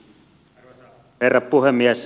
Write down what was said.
arvoisa herra puhemies